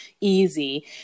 easy